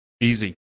Easy